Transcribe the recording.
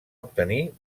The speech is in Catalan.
obtenir